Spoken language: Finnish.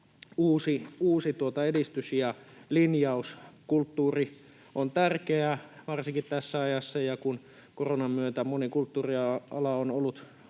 uusi edistys ja linjaus. Kulttuuri on tärkeää varsinkin tässä ajassa, ja kun koronan myötä moni kulttuuriala on ollut ahdingossa,